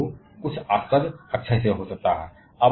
अगला बिंदु कुछ आई ब्रो अक्षय हो सकता है